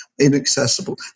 inaccessible